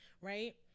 right